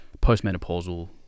postmenopausal